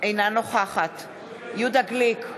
אינה נוכחת יהודה גליק,